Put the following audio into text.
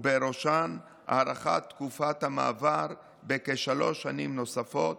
ובראשן הארכת תקופת המעבר בכשלוש שנים נוספות,